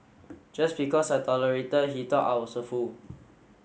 just because I tolerated he thought I was a fool